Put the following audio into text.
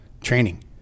training